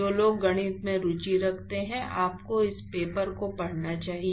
जो लोग गणित में रुचि रखते हैं आपको इस पेपर को पढ़ना चाहिए